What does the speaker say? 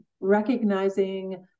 recognizing